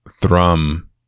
thrum